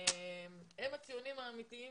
הם הציונים האמיתיים.